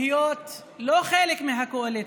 להיות לא חלק מהקואליציה,